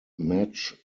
match